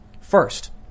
first